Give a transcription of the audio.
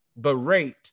berate